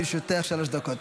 לרשותך שלוש דקות.